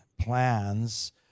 plans